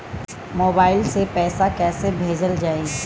Mobile से पैसा कैसे भेजल जाइ?